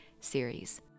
series